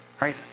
right